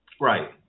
Right